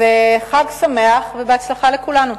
אז חג שמח ובהצלחה לכולנו.